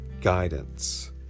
guidance